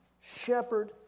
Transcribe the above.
Shepherd